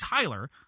Tyler